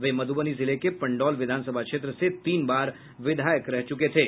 वे मधुबनी जिले के पंडौल विधानसभा क्षेत्र से तीन बार विधायक रह चुके थे